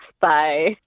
bye